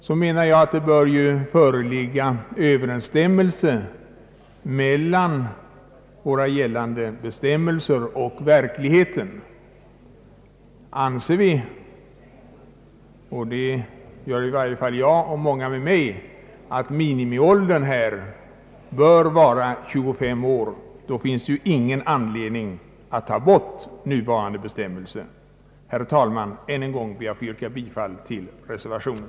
Då menar jag att det bör föreligga överensstämmelse mellan våra gällande bestämmelser och verkligheten. Anser vi — och det gör i varje fall jag och många med mig — att minimiåldern i detta fall bör vara 25 år, då finns det ingen anledning att ta bort den nuvarande bestämmelsen. Herr talman! Än en gång ber jag att få yrka bifall till reservationen.